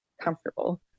comfortable